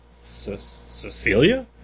Cecilia